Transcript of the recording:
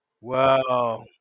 Wow